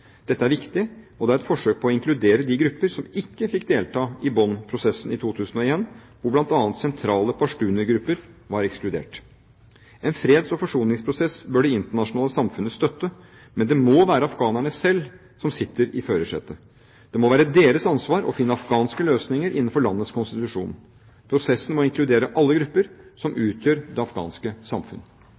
Dette er viktig, og det er et forsøk på å inkludere de grupper som ikke fikk delta i Bonn-prosessen i 2001, hvor bl.a. sentrale pashtuner-grupper var ekskludert. En freds- og forsoningsprosess bør det internasjonale samfunnet støtte, men det må være afghanerne selv som sitter i førersetet. Det må være deres ansvar å finne afghanske løsninger innenfor landets konstitusjon. Prosessen må inkludere alle grupper som utgjør det afghanske samfunn.